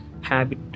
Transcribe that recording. habit